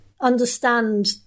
understand